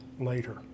later